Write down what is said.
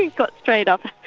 got straight up.